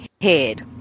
head